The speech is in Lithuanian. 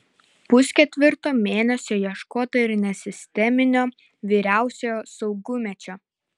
pusketvirto mėnesio ieškota ir nesisteminio vyriausiojo saugumiečio